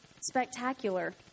spectacular